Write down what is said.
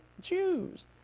Jews